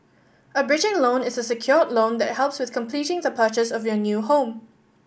a bridging loan is a secured loan that helps with completing the purchase of your new home